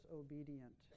obedient